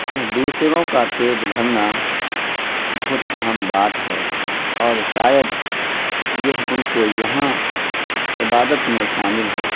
کہ دوسروں کا پیٹ بھرنا بہت اہم بات ہے اور شاید یہ ان کو یہاں عبادت میں شامل ہے